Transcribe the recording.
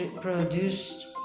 produced